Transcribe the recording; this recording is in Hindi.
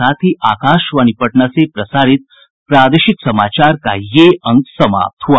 इसके साथ ही आकाशवाणी पटना से प्रसारित प्रादेशिक समाचार का ये अंक समाप्त हुआ